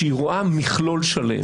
שהיא רואה מכלול שלם.